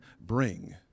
bring